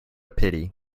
pity